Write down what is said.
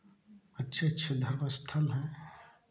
अच्छे अच्छे धर्मस्थल हैं